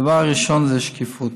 הדבר הראשון זה שקיפות.